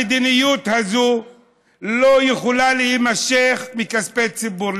המדיניות הזו לא יכולה להימשך מכספי ציבור.